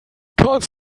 kannst